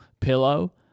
pillow